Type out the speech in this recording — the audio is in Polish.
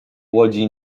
łodzi